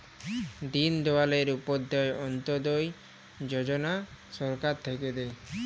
দিন দয়াল উপাধ্যায় অন্ত্যোদয় যজনা সরকার থাক্যে দেয়